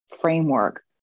framework